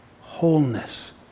wholeness